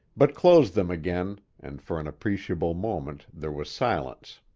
but closed them again and for an appreciable moment there was silence.